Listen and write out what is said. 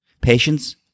patience